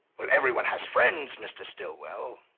well, everyone has friends, mr. stillwell.